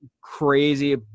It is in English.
crazy